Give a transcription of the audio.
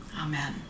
Amen